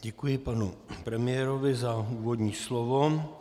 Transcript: Děkuji panu premiérovi za úvodní slovo.